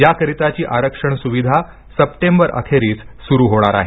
या करिताची आरक्षण सुविधा सप्टेंबर अखेरीस सुरू होणार आहे